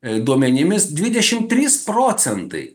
duomenimis dvidešim trys procentai